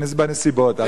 בנסיבות.